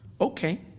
Okay